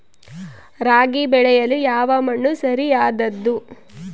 ರಾಗಿ ಬೆಳೆಯಲು ಯಾವ ಮಣ್ಣು ಸರಿಯಾದದ್ದು?